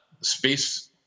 space